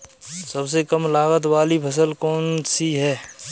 सबसे कम लागत वाली फसल कौन सी है?